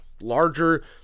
larger